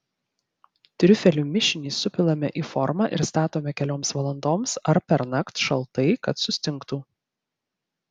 triufelių mišinį supilame į formą ir statome kelioms valandoms ar pernakt šaltai kad sustingtų